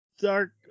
Dark